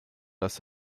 das